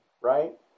right